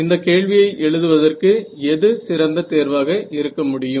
இந்த கேள்வியை எழுதுவதற்கு எது சிறந்த தேர்வாக இருக்க முடியும்